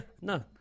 no